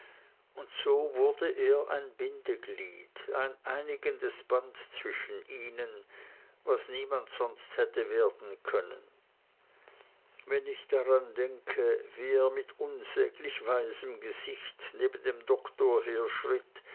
und so wurde er ein bindeglied ein einigendes band zwischen ihnen was niemand sonst hätte werden können wenn ich daran denke wie er mit unsäglich weisem gesicht neben dem doktor